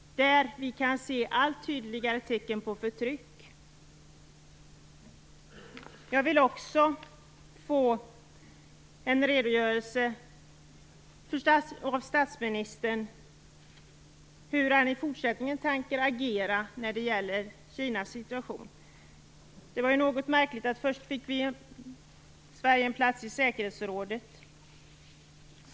Där kan vi ju se allt tydligare tecken på förtryck. Jag skulle också vilja ha en redogörelse från statsministern för hur han i fortsättningen tänker agera när det gäller Kinas situation. Det är något märkligt. Först fick Sverige en plats i säkerhetsrådet.